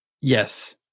Yes